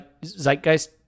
zeitgeist